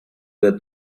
the